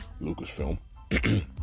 Lucasfilm